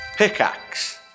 Pickaxe